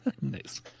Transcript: Nice